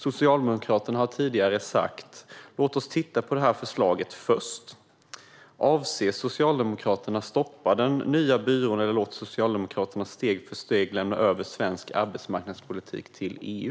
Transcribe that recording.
Socialdemokraterna har tidigare sagt att man ville titta på förslaget först. Avser Socialdemokraterna att stoppa den nya byrån, eller kommer Socialdemokraterna steg för steg att lämna över svensk arbetsmarknadspolitik till EU?